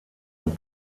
und